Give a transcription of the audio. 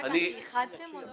לא הבנתי, איחדתם או לא איחדתם?